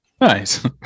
Nice